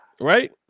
right